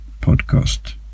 podcast